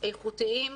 איכותיים,